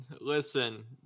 Listen